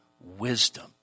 wisdom